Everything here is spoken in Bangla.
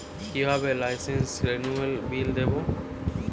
কিভাবে লাইসেন্স রেনুয়ালের বিল দেবো?